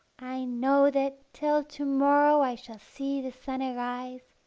i know that, till to-morrow i shall see the sun arise,